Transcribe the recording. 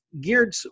geared